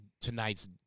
tonight's